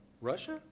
Russia